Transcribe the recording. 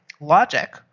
logic